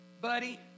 buddy